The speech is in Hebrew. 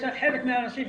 יש חלק קטן מהאנשים,